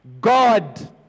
God